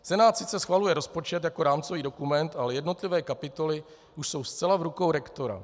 Senát sice schvaluje rozpočet jako rámcový dokument, ale jednotlivé kapitoly už jsou zcela v rukou rektora.